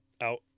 out